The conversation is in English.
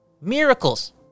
miracles